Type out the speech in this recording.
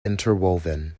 interwoven